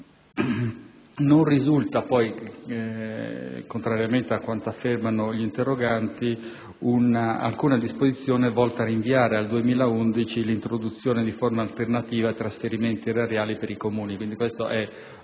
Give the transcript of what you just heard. Non risulta poi, contrariamente a quanto affermano gli interroganti, alcuna disposizione volta a rinviare al 2011 l'introduzione di forme alternative ai trasferimenti erariali per i Comuni.